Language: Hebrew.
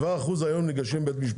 7% ניגשים היום לבית המשפט.